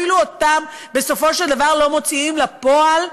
אפילו אותם בסופו של דבר לא מוציאים לפועל.